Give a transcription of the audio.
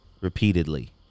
repeatedly